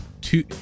two